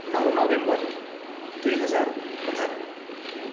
नौ नोभेम्बर दुई हजार अठार